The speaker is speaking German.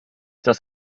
das